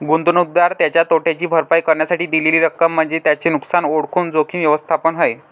गुंतवणूकदार त्याच्या तोट्याची भरपाई करण्यासाठी दिलेली रक्कम म्हणजे त्याचे नुकसान ओळखून जोखीम व्यवस्थापन आहे